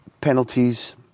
penalties